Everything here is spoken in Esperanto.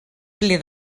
pli